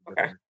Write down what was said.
Okay